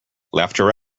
laughter